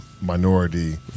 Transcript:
minority